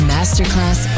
Masterclass